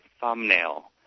thumbnail